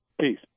Peace